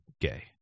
gay